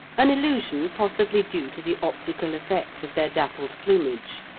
an illusion possibly due to the optical effect of their dappled plumage,